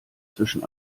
zwischen